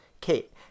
Kate